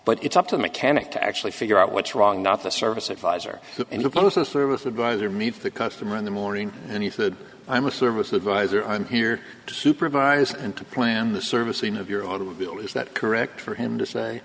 but it's up to a mechanic to actually figure out what's wrong not the service advisor and look closely with advisor meet the customer in the morning and he said i'm a service advisor i'm here to supervise and to plan the service name of your automobile is that correct for him to say